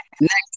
Next